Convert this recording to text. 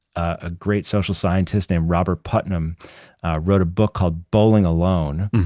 a great social scientist named robert putnam wrote a book called bowling alone.